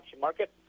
Market